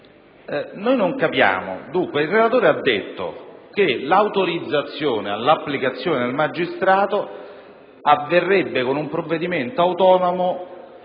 bene. Infatti, il relatore ha affermato che l'autorizzazione all'applicazione del magistrato avverrebbe con un provvedimento autonomo